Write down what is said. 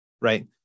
right